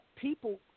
people